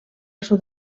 sud